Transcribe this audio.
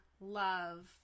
love